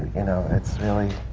you know, it's really